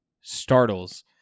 Startles